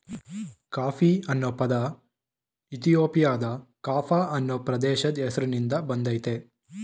coffee ಅನ್ನೊ ಪದ ಇಥಿಯೋಪಿಯಾದ ಕಾಫ ಅನ್ನೊ ಪ್ರದೇಶದ್ ಹೆಸ್ರಿನ್ದ ಬಂದಯ್ತೆ